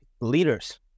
leaders